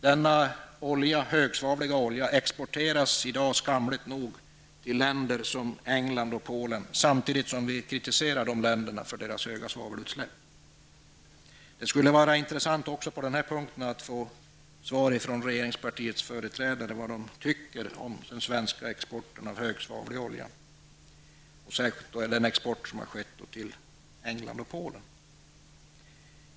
Denna högsvavliga olja exporteras i dag skamligt nog till länder som England och Polen, samtidigt som vi kritiserar dessa länder för deras höga svavelutsläpp. Det skulle också på denna punkt vara intressant att få ett svar från regeringspartiets företrädare om vad man tycker om den svenska exporten av högsvavlig olja till England och Polen.